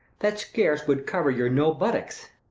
that scarce would cover your no buttocks